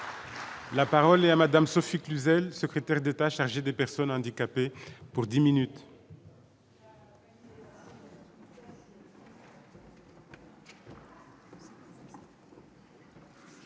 La parole est à madame Sophie Cluzel, secrétaire d'État chargée des personnes handicapées pour 10 minutes.